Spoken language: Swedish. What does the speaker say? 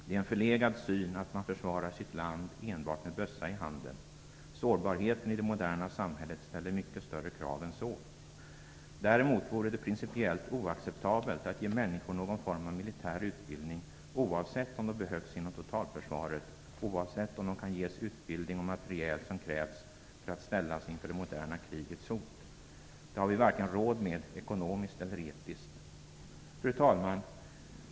Det är en förlegad syn att man försvarar sitt land enbart med bössa i handen. Sårbarheten i det moderna samhället ställer mycket större krav än så. Däremot vore det principiellt oacceptabelt att ge människor någon form av militär utbildning, oavsett om de behövs inom totalförsvaret och oavsett om de kan ges utbildning och materiel som krävs för att ställas inför det moderna krigets hot. Det har vi inte råd med, vare sig ekonomiskt eller etiskt. Fru talman!